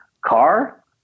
car